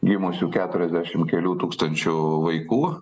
gimusių keturiasdešim kelių tūkstančių vaikų